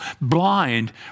blind